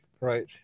right